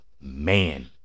Man